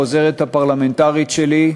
העוזרת הפרלמנטרית שלי.